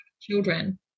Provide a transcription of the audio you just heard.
children